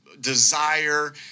desire